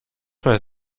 weiß